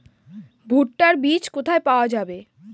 ভুট্টার বিজ কোথায় পাওয়া যাবে?